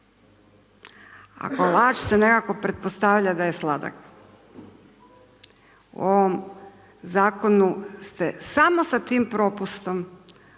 kolač se nekako pretpostavlja da je sladak. U ovom zakonu ste samo sa tim propustom